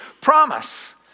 promise